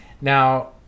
Now